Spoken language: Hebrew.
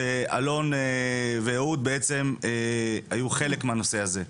ואלון ואהוד בעצם היו חלק מהנושא הזה.